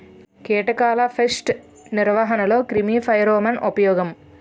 కీటకాల పేస్ట్ నిర్వహణలో క్రిమి ఫెరోమోన్ ఉపయోగం